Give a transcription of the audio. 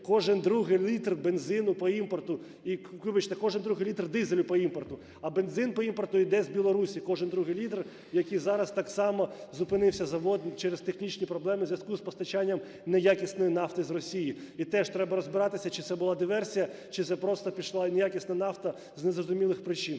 кожен другий літр дизелю по імпорту, а бензин по імпорту іде з Білорусії, кожен другий літр, який зараз так само зупинився завод через технічні проблеми у зв'язку з постачанням неякісної нафти з Росії. І теж треба розбиратися, чи це була диверсія, чи це просто пішла неякісна нафта з незрозумілих причин.